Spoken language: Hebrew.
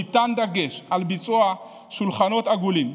ניתן דגש על ביצוע שולחנות עגולים,